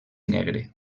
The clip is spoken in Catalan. negre